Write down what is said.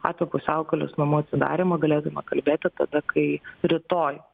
apie pusiaukelės namų atidarymą galėdama kalbėti tada kai rytoj